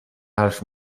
حرف